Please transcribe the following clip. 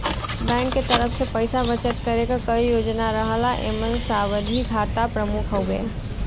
bank के तरफ से पइसा बचत करे क कई योजना रहला एमन सावधि खाता प्रमुख हउवे